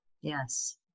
Yes